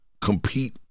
compete